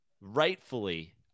rightfully